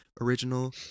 Original